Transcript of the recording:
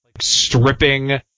stripping